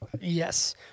Yes